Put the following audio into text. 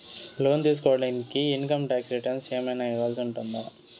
లోను తీసుకోడానికి income tax returns ఏమన్నా ఇవ్వాల్సి ఉంటుందా